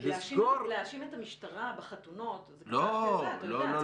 להאשים את המשטרה בחתונות זה קצת --- לא,